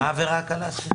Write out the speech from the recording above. מה העבירה הקלה?